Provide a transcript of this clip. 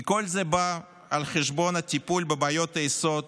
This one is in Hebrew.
כל זה בא על חשבון הטיפול בבעיות היסוד